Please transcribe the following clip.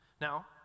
Now